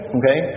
okay